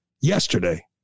yesterday